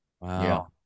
Wow